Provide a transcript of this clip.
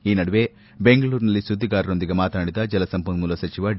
ಈ ನಡುವೆ ಬೆಂಗಳೂರಿನಲ್ಲಿ ಸುದ್ದಿಗಾರರೊಂದಿಗೆ ಮಾತನಾಡಿದ ಜಲ ಸಂಪನ್ನೂಲ ಸಚಿವ ಡಿ